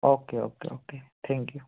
okay okay okay thank you